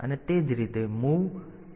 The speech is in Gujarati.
અને તે જ રીતે આ MOV 0e00 h છે